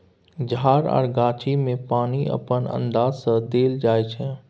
झार आ गाछी मे पानि अपन अंदाज सँ देल जाइ छै